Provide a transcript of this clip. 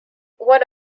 what